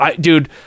dude